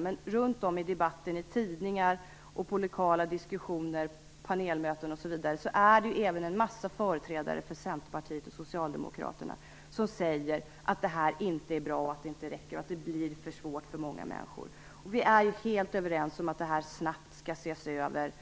Men runt om i debatten, i tidningar och i lokala diskussioner, panelmöten och annat, är det många företrädare för Centerpartiet och Socialdemokraterna som säger att detta inte är bra, att det inte räcker och att det blir för svårt för många människor. Vi är helt överens om att detta snabbt skall ses över